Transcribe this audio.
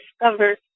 discovered